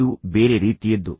ಇದು ಬೇರೆ ರೀತಿಯದ್ದು